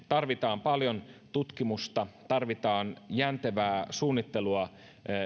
tarvitaan paljon tutkimusta tarvitaan jäntevää suunnittelua